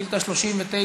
שאילתה 39,